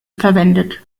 verwendet